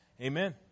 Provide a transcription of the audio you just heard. amen